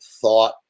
thought